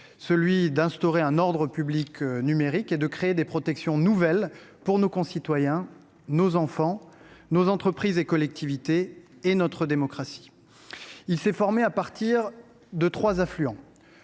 celui d’instaurer un ordre public numérique et de créer des protections nouvelles pour nos concitoyens, nos enfants, nos entreprises, nos collectivités et notre démocratie. Ce texte s’est formé à partir de trois affluents.